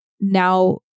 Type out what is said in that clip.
now